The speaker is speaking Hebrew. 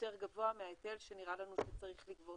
יותר גבוה מההיטל שנראה לנו שצריך לגבות.